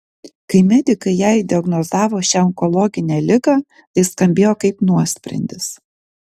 kai medikai jai diagnozavo šią onkologinę ligą tai skambėjo kaip nuosprendis